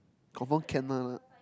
confirm can one lah